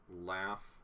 laugh